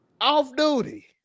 Off-duty